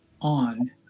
on